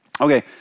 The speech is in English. Okay